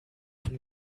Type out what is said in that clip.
von